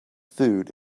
food